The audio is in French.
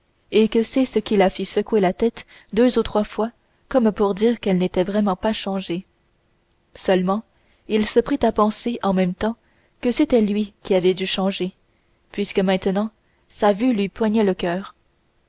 et c'est ce qui le fit secouer la tête deux ou trois fois comme pour dire qu'elle n'était vraiment pas changée seulement il se prit à penser en même temps que c'était lui qui avait dû changer puisque maintenant sa vue lui poignait le coeur